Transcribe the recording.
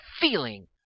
feeling